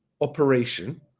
operation